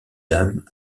dames